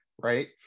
Right